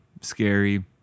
scary